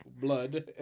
blood